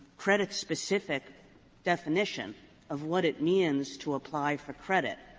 credit-specific definition of what it means to apply for credit.